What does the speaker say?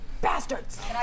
bastards